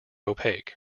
opaque